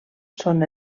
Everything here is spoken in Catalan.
són